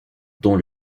dont